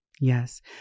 Yes